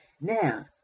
Now